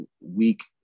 week